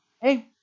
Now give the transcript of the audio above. hey